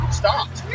stopped